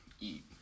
eat